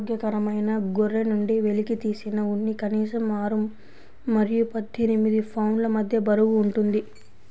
ఆరోగ్యకరమైన గొర్రె నుండి వెలికితీసిన ఉన్ని కనీసం ఆరు మరియు పద్దెనిమిది పౌండ్ల మధ్య బరువు ఉంటుంది